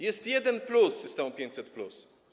Jest jeden plus systemu 500+.